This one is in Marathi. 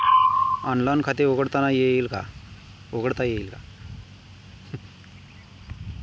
ऑनलाइन खाते उघडता येईल का?